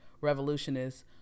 revolutionists